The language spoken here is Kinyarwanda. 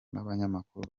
nabanyamakuru